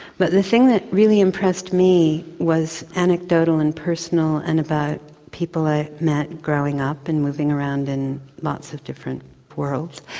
but the thing that really impressed me was anecdotal and personal and about people i'd met growing up, and moving around in lots of different worlds,